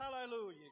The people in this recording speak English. Hallelujah